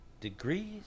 degrees